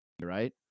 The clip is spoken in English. right